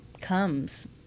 comes